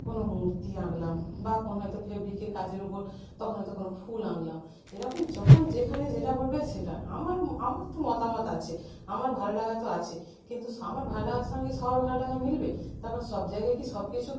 কোনো মূর্তি আঁকলাম বা কোনো হয়তো ফেব্রিকের কাজের উপর তখন হয়তো কোনো ফুল আঁকলাম এরকম যখন যেখানে যেটা বলবে সেটা আমার আমার তো মতামত আছে আমার ভালো লাগা তো আছে কিন্তু আমার ভালো লাগার সঙ্গে কি সবার ভালো লাগা মিলবে তারপর সব জায়গায় কী সব কিছু